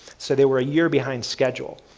so, they were a year behind schedule.